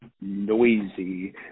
noisy